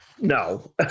no